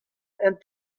and